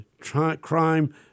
crime